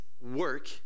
work